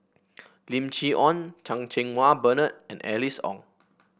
Lim Chee Onn Chan Cheng Wah Bernard and Alice Ong